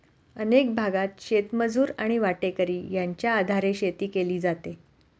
अनेक भागांत शेतमजूर आणि वाटेकरी यांच्या आधारे शेती केली जाते